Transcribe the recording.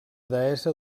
deessa